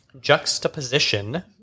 juxtaposition